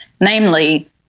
namely